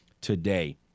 Today